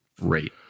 rate